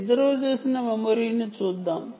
reserved మెమరీని చూద్దాం